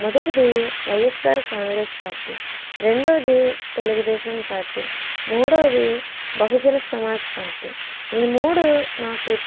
మొదటిది YSR Congress party రెండోది Telugu Desam party మూడోది బహుజన సమాజ్ పార్టీ ఈ మూడు నాకు